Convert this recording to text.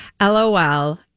LOL